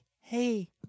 hey